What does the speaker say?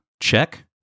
check